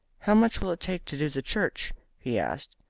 how much will it take to do the church he asked.